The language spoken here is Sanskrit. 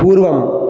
पूर्वम्